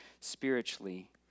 spiritually